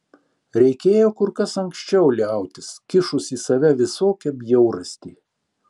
reikėjo kur kas anksčiau liautis kišus į save visokią bjaurastį